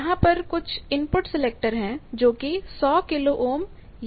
यहां पर कुछ इनपुट सिलेक्टर है जोकि 100 किलोओम या 100 ओम तक के हैं